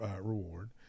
reward